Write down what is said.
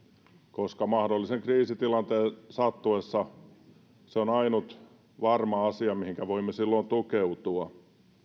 koska mahdollisen kriisitilanteen sattuessa se on ainut varma asia mihinkä voimme silloin tukeutua